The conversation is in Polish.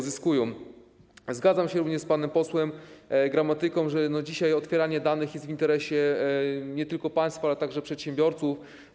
Zgadzam się również z panem posłem Gramatyką, że dzisiaj otwieranie danych jest w interesie nie tylko państwa, ale także przedsiębiorców.